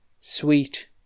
sweet